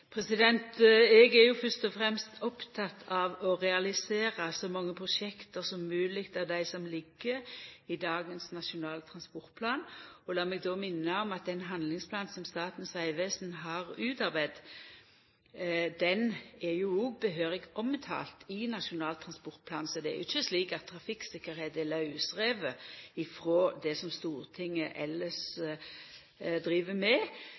Eg er fyrst og fremst oppteken av å realisera så mange prosjekt som mogleg av dei som ligg i dagens Nasjonal transportplan. Lat meg minna om at den handlingsplanen som Statens vegvesen har utarbeidd, òg er grundig omtalt i Nasjonal transportplan, så det er ikkje slik at trafikktryggleik er lausriven frå det som Stortinget elles driv med.